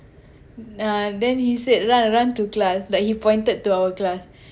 uh then he said run run to class like he pointed to our class